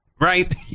right